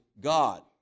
God